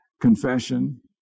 Confession